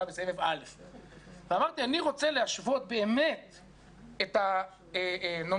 בסבב א' אמרתי: אני רוצה להשוות באמת את הנומינלי,